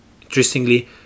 Interestingly